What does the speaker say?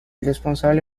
responsable